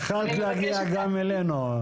יכולת להגיע גם אלינו.